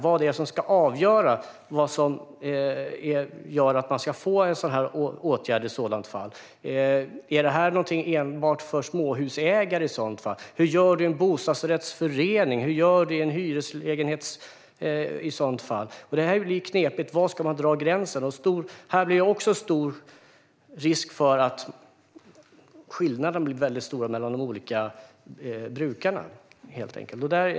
Vad är det som ska avgöra om man ska få en sådan här åtgärd? Är detta någonting enbart för småhusägare? Hur gör man i en bostadsrättsförening? Hur gör du i en hyreslägenhet? Det blir knepigt - var ska gränsen dras? Risken är också att det blir stora skillnader mellan olika brukare.